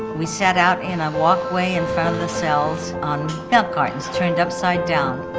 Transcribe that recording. we sat out in a walkway in front of the cells on milk cartons turned upside down,